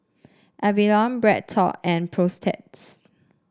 Avalon BreadTalk and Protex